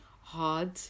hard